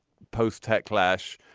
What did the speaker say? post-attack clash,